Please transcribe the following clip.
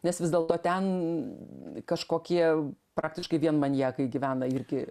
nes vis dėlto ten kažkokie praktiškai vien maniakai gyvena irgi